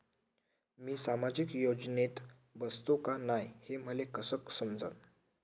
मी सामाजिक योजनेत बसतो का नाय, हे मले कस समजन?